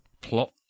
plot